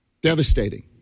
devastating